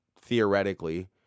theoretically